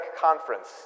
conference